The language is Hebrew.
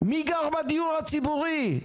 מי גר בדיור הציבורי?